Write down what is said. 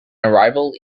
arrival